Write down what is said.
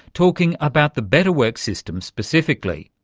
talking about the betterworks system specifically.